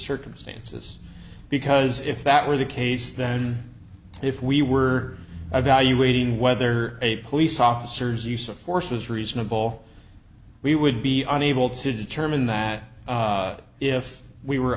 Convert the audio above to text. circumstances because if that were the case then if we were evaluating whether a police officer's use of force was reasonable we would be unable to determine that if we were